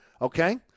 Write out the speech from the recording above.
okay